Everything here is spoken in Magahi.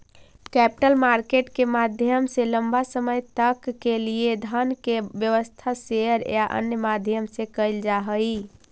कैपिटल मार्केट के माध्यम से लंबा समय तक के लिए धन के व्यवस्था शेयर या अन्य माध्यम से कैल जा हई